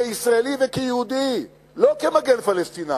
כישראלי וכיהודי, לא כמגן פלסטינים: